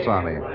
Army